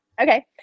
Okay